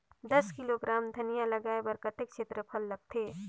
दस किलोग्राम धनिया लगाय बर कतेक क्षेत्रफल लगथे?